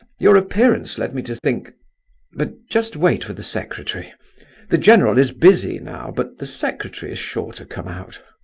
your appearance led me to think but just wait for the secretary the general is busy now, but the secretary is sure to come out.